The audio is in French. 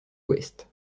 ouest